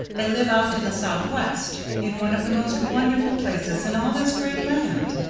they live out in the southwest, in one of the most wonderful places in all this great land,